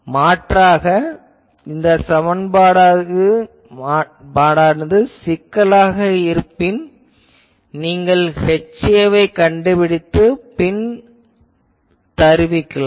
மாற்றாக இந்த சமன்பாடு சிக்கலானதாக இருப்பின் நீங்கள் HA வைக் கண்டுபிடித்து பின் தருவிக்கலாம்